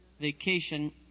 vacation